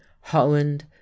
Holland